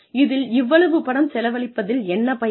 இதில் இவ்வளவு பணம் செலவழிப்பதில் என்ன பயன்